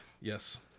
Yes